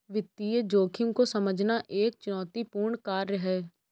वित्तीय जोखिम को समझना एक चुनौतीपूर्ण कार्य है